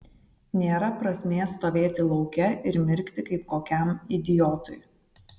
nėra prasmės stovėti lauke ir mirkti kaip kokiam idiotui